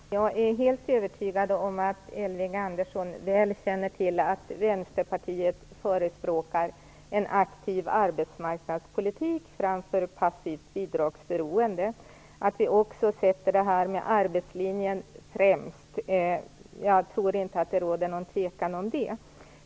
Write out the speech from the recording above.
Herr talman! Jag är helt övertygad om att Elving Andersson väl känner till att Vänsterpartiet förespråkar en aktiv arbetsmarknadspolitik framför passivt bidragsberoende, t.ex. att vi också sätter arbetslinjen främst. Jag tror inte att det råder någon tvekan om det.